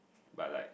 but like